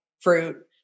fruit